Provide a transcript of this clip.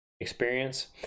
experience